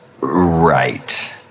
Right